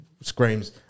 screams